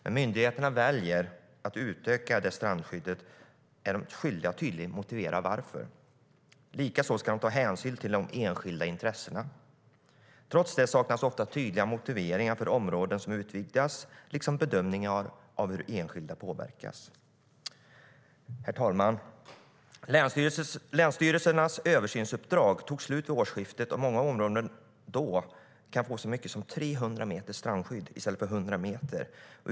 När myndigheterna väljer att utöka strandskyddet är de skyldiga att tydligt motivera varför. Likaså ska de ta hänsyn till de enskilda intressena. Trots det saknas ofta tydliga motiveringar för områden som utvidgas liksom bedömningar av hur enskilda påverkas. Herr talman! Länsstyrelsernas översynsuppdrag tog slut vid årsskiftet. Många områden kan få så mycket som 300 meters strandskydd i stället för 100 meter.